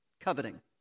coveting